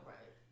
Right